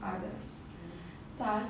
others thus